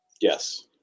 Yes